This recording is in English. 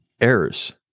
errors